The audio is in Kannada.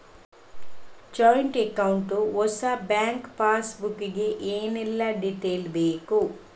ಜಾಯಿಂಟ್ ಅಕೌಂಟ್ ಹೊಸ ಬ್ಯಾಂಕ್ ಪಾಸ್ ಬುಕ್ ಗೆ ಏನೆಲ್ಲ ಡೀಟೇಲ್ಸ್ ಬೇಕು?